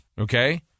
okay